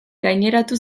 gaineratu